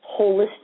holistic